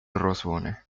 rosone